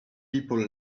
people